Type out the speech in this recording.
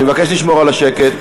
אני מבקש לשמור על השקט.